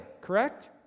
correct